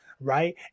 right